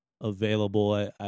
available